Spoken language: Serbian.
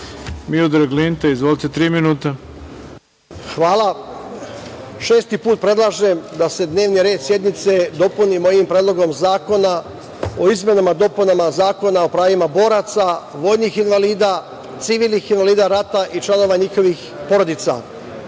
tri minuta. **Miodrag Linta** Hvala. Šesti put predlažem da se dnevni red sednice dopuni mojim predlogom zakona o izmenama i dopunama Zakona o pravima boraca, vojnih invalida, civilnih invalida rata i članova njihovih porodica. Glavni